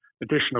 additional